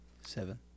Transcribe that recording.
seven